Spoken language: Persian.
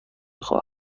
خواهد